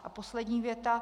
A poslední věta.